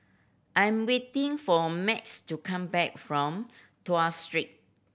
I am waiting for Max to come back from Tuas Street